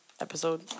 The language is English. episode